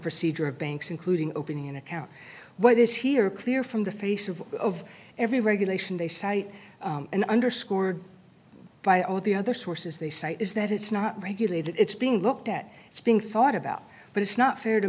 procedure of banks including opening an account what is here clear from the face of the of every regulation they say and underscored by all the other sources they say is that it's not regulated it's being looked at as being thought about but it's not fair to